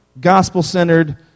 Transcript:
gospel-centered